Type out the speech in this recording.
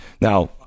Now